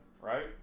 right